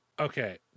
Okay